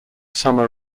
summer